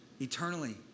Eternally